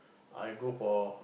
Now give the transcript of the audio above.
I go for